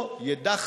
או ידע,